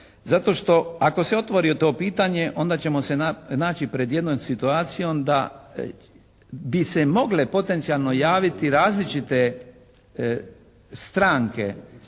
Zato što ako se otvori to pitanje onda ćemo se naći pred jednom situacijom da bi se mogle potencijalno javiti različite stranke